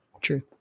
True